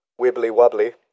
wibbly-wobbly